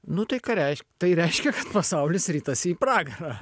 nu tai ką reišk tai reiškia pasaulis ritasi į pragarą